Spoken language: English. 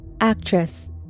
actress